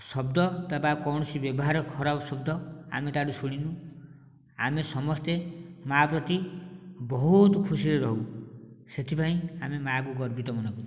ଶବ୍ଦ ବା କୌଣସି ବ୍ୟବହାର ଖରାପ ଶବ୍ଦ ଆମେ ତା ଠୁ ଶୁଣିନୁ ଆମେ ସମସ୍ତେ ମାଁ ପ୍ରତି ବହୁତ ଖୁସିରେ ରହୁ ସେଥିପାଇଁ ଆମେ ମାଁ କୁ ଗର୍ବିତ ମନେକରୁ